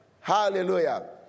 Hallelujah